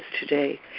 today